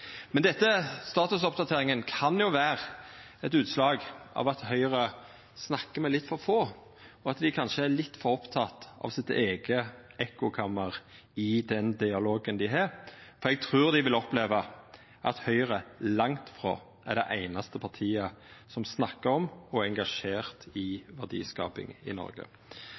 kan vera eit utslag av at Høgre snakkar med litt for få, og at dei kanskje er litt for opptekne av sitt eige ekkokammer i den dialogen dei har, for eg trur dei vil oppleva at Høgre langt ifrå er det einaste partiet som snakkar om og er engasjert i verdiskaping i Noreg.